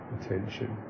attention